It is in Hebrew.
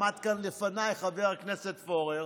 עמד כאן לפניי חבר הכנסת פורר